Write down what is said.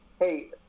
Hey